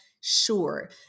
sure